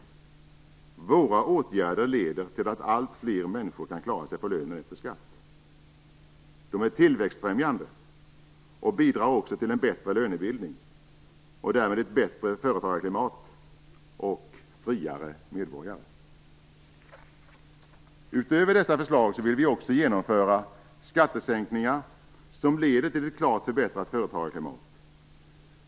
Våra åtgärder leder till att alltfler människor kan klara sig på lönen efter skatt. De är tillväxtfrämjande och bidrar också till en bättre lönebildning och därmed till ett bättre företagarklimat och friare medborgare. Utöver dessa förslag vill vi genomföra skattesänkningar som leder till ett klart förbättrat företagarklimat.